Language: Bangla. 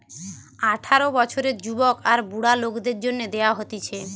আঠারো বছরের যুবক আর বুড়া লোকদের জন্যে দেওয়া হতিছে